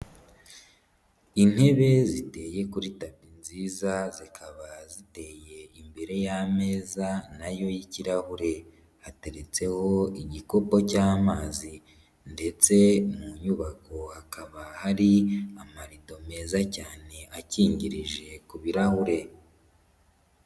Intebe ziteye kuri tapi nziza, zikaba ziteye imbere y'ameza na yo y'ikirahure. Hateretseho igikopo cy'amazi ndetse mu nyubako hakaba hari amarido meza cyane, akingirije ku birahure.